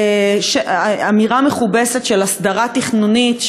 אמירה מכובסת של הסדרה תכנונית,